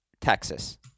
texas